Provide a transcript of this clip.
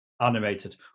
animated